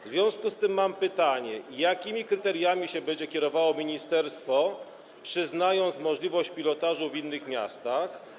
W związku z tym mam pytanie: Jakimi kryteriami będzie się kierowało ministerstwo, przyznając możliwość pilotażu w innych miastach?